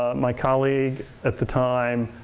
um my colleague at the time,